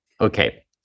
Okay